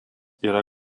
yra